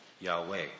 Yahweh